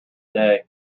day